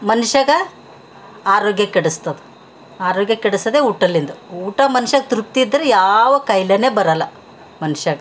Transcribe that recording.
ಮನ್ಷಾಗ ಆರೋಗ್ಯ ಕೆಡ್ಸ್ತದ ಆರೋಗ್ಯ ಕೆಡಿಸೋದೆ ಊಟಲ್ಲಿಂದು ಊಟ ಮನ್ಷಾಗ ತೃಪ್ತಿ ಇದ್ದರೆ ಯಾವ ಕಾಯಿಲೆನೇ ಬರಲ್ಲ ಮನ್ಷಾಗ